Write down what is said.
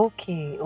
Okay